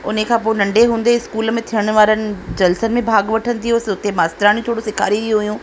हुनखां पोइ नंढे हूंदे स्कूल में थियण वारनि जलसनि में भाॻु वठंदी हुअसि हुते मास्तराणी थोरो सेखारींदी हुयूं